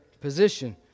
position